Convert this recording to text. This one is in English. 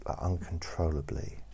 uncontrollably